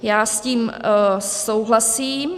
Já s tím souhlasím.